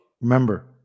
Remember